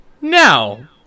Now